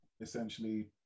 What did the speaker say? essentially